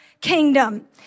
kingdom